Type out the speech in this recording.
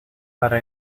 para